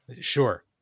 Sure